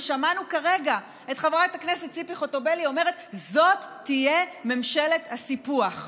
שמענו כרגע את חברת הכנסת ציפי חוטובלי אומרת: זאת תהיה ממשלת הסיפוח.